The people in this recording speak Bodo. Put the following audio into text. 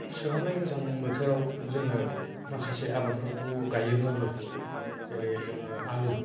सुहाबनाय गोजां बोथोराव जोङो माखासे आबादफोरखौ गायोब्लाबो जेरै जोङो आलु